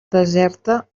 deserta